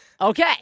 okay